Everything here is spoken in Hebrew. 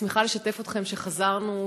שמחה לשתף אתכם שחזרנו,